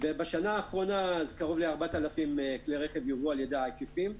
בשנה האחרונה קרוב ל-4,000 כלי רכב יובאו על ידי העקיפים.